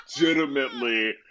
legitimately